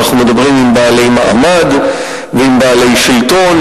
אנחנו מדברים עם בעלי מעמד ועם בעלי שלטון,